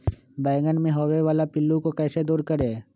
बैंगन मे होने वाले पिल्लू को कैसे दूर करें?